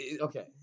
Okay